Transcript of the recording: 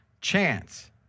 chance